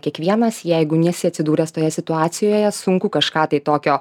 kiekvienas jeigu niesi atsidūręs toje situacijoje sunku kažką tai tokio